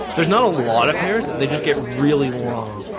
there's not a lot of hairs that they just get really long